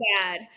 bad